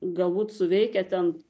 galbūt suveikia ten